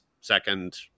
second